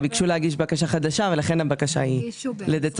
ביקשו להגיש בקשה חדשה ולכן הבקשה היא לדצמבר.